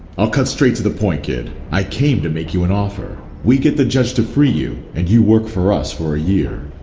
i'll cut straight to the point kid, i came to make you an offer we get the judge to free you and you work for us for a year.